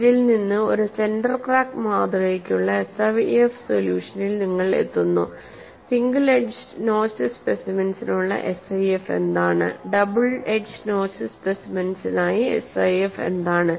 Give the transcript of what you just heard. ഇതിൽ നിന്ന് ഒരു സെന്റർ ക്രാക്ക് മാതൃകയ്ക്കുള്ള SIF സൊല്യൂഷനിൽ നിങ്ങൾ എത്തുന്നു സിംഗിൾ എഡ്ജ് നോച്ച്ഡ് സ്പെസിമെൻസിനായുള്ള SIF എന്താണ് ഡബിൾ എഡ്ജ് നോച്ച്ഡ് സ്പെസിമെൻസിനായി SIF എന്താണ്